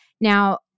Now